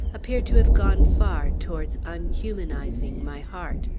appeared to have gone far towards unhumanizing my heart.